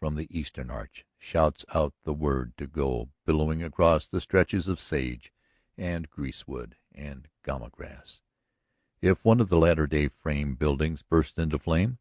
from the eastern arch shouts out the word to go billowing across the stretches of sage and greasewood and gama-grass if one of the later-day frame buildings bursts into flame,